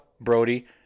Brody